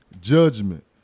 judgment